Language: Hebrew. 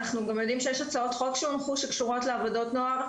אנחנו גם יודעים שיש הצעות חוק שהונחו שקשורות לעבודות נוער.